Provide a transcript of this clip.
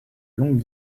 longues